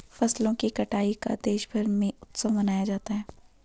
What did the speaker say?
फसलों की कटाई का देशभर में उत्सव मनाया जाता है